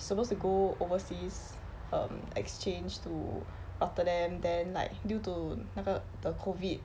supposed to go overseas um exchange to rotterdam then like due to 那个 the COVID